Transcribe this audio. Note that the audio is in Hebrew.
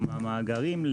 מהמאגרים,